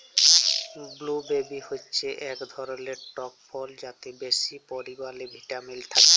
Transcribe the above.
blueberry হচ্যে এক ধরলের টক ফল যাতে বেশি পরিমালে ভিটামিল থাক্যে